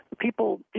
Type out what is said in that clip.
people